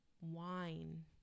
wine